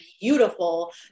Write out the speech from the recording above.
beautiful